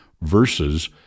versus